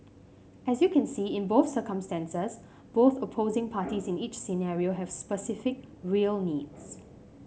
as you can see in both circumstances both opposing parties in each scenario have specific real needs